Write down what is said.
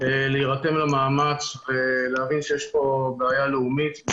להירתם למאמץ ולהבין שיש פה בעיה לאומית,